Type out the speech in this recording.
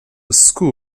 school